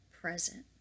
present